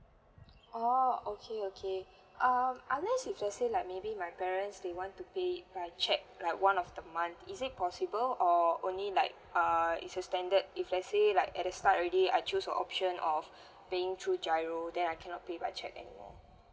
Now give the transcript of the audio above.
oh okay okay um unless if let's say like maybe my parents they want to pay by check like one of the month is it possible or only like uh it's a standard if let's say like at the start already I choose the option of paying through giro then I cannot pay by check anymore